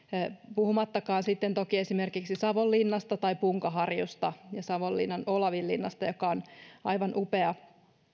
puhumattakaan toki sitten esimerkiksi savonlinnasta tai punkaharjusta ja savonlinnan olavinlinnasta joka on aivan upea